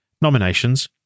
nominations